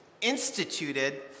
instituted